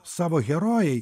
savo herojai